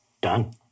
Done